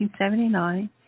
1979